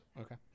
Okay